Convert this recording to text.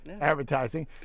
advertising